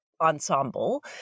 ensemble